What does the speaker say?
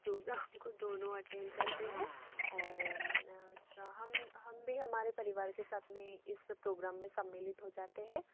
इस प्रोग्राम को दोनों अटैन करते है और हम हम भी हमारे परिवार के साथ में इस प्रोग्राम में सम्मिलित हो जाते हैं